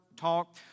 talk